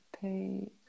Pay